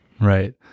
right